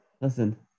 Listen